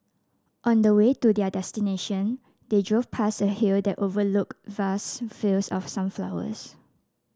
on the way to their destination they drove past a hill that overlooked vast fields of sunflowers